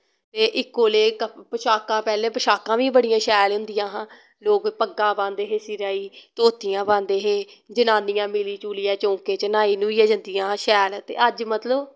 ते इक्को ले कप पशाकां पैह्लैं पशाकां वी बड़ियां शैल होंदियां हां लोग पग्गां पांदे हे सिरा ई धोतियां पांदे हे जनानियां मिली जुलियै चौंके च न्हाई न्हुईयै जंदियां हां शैल ते अज मतलव